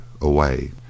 away